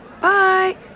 Bye